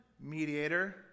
mediator